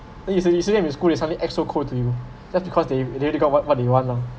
then you said usually in the school they suddenly act so cool to you just because they they already got what what they want lah